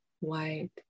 white